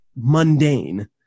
mundane